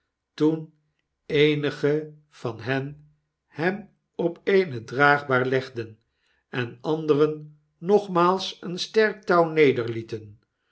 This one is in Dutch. toen eenigen van hen hem op eene draagbaar legden en anderen nogmaals een sterk touw